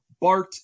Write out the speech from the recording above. Bart